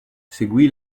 seguì